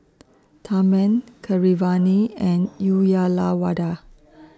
Tharman Keeravani and Uyyalawada